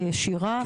הישירה.